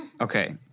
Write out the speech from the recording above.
Okay